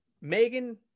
megan